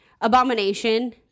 Abomination